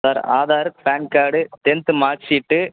sir Aadhaar PAN card tenth mark sheet